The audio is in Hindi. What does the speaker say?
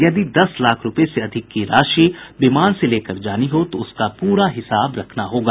यदि दस लाख रूपये से अधिक की राशि विमान से लेकर जानी हो तो उसका पूरा हिसाब रखना होगा